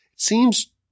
seems